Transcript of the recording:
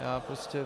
Já prostě...